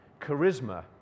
Charisma